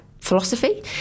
philosophy